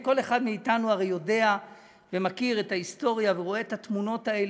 כל אחד מאתנו הרי יודע ומכיר את ההיסטוריה ורואה את התמונות האלה.